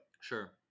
Sure